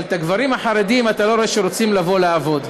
אבל את הגברים החרדים אתה לא רואה שרוצים לבוא לעבוד.